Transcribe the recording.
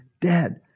dead